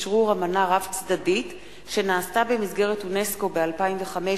אשרור אמנה רב-צדדית שנעשתה במסגרת אונסק"ו ב-2005